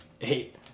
Eight